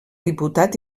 diputat